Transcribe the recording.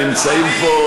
נמצאים פה,